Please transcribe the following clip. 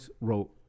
wrote